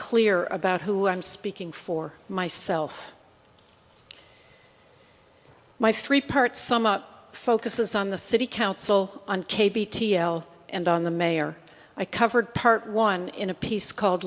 clear about who i'm speaking for myself my three part sum up focuses on the city council on k b t l and on the mayor i covered part one in a piece called